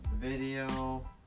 Video